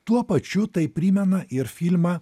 tuo pačiu tai primena ir filmą